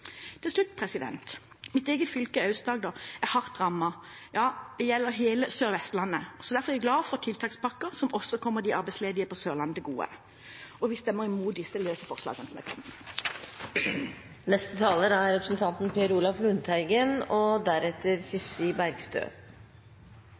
Til slutt: Mitt eget fylke, Aust-Agder, er hardt rammet. Ja, det gjelder hele Sør-Vestlandet. Derfor er jeg glad for tiltakspakker som også kommer de arbeidsledige på Sørlandet til gode. Vi stemmer imot disse løse forslagene som